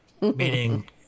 meaning